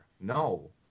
No